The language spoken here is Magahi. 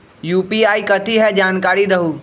यू.पी.आई कथी है? जानकारी दहु